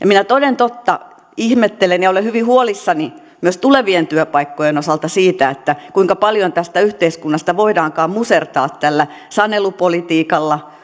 minä toden totta ihmettelen ja olen hyvin huolissani myös tulevien työpaikkojen osalta siitä kuinka paljon tästä yhteiskunnasta voidaankaan musertaa tällä sanelupolitiikalla